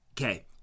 okay